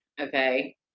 okay